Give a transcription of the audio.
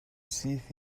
syth